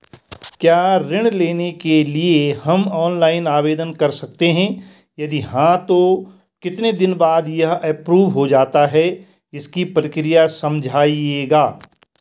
क्या ऋण के लिए हम ऑनलाइन आवेदन कर सकते हैं यदि हाँ तो कितने दिन बाद यह एप्रूव हो जाता है इसकी प्रक्रिया समझाइएगा?